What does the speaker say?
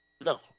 no